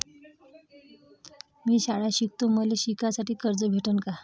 मी शाळा शिकतो, मले शिकासाठी कर्ज भेटन का?